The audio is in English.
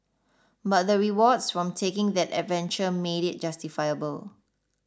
but the rewards from taking that adventure made it justifiable